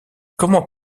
comment